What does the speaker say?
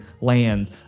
lands